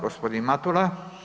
G. Matula.